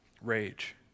rage